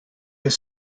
has